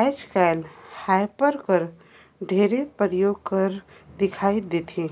आएज काएल हापर कर ढेरे परियोग करत दिखई देथे